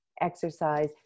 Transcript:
exercise